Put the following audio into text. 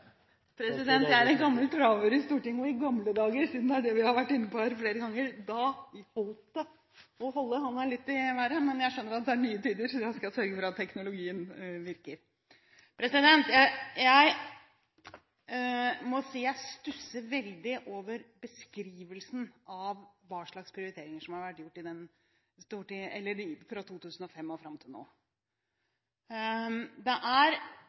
Jeg er en gammel traver i Stortinget, og i gamle dager – siden det er det vi har vært inne på flere ganger – holdt det å holde hånden litt i været, men jeg skjønner at det er nye tider. Jeg skal sørge for at teknologien virker. Jeg stusser veldig over beskrivelsen av hva slags prioriteringer som er gjort fra 2005 til i dag. Forskning og høyere utdanning er ett av de områdene som har vokst mer enn det som er